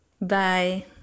Bye